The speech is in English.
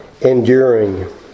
enduring